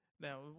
Now